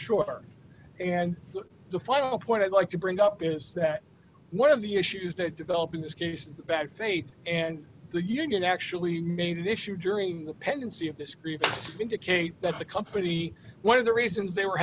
sure and the final point i'd like to bring up is that one of the issues that developed in this case is bad faith and the union actually made an issue during the pendency of this group indicate that the company one of the reasons they were